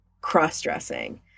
cross-dressing